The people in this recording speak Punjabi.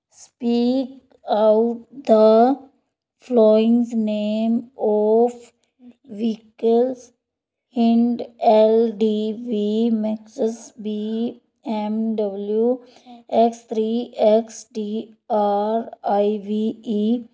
speak out the following names of vehicles hint L D V Maxus B M W X three X E R I V E